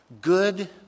Good